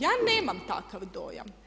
Ja nemam takav dojam.